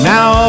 Now